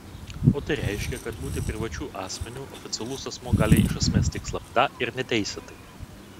o tai reiškia kad būti privačiu asmeniu oficialus asmuo gali iš esmės tik slapta ir neteisėtai